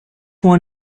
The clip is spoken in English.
won